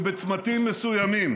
שבצמתים מסוימים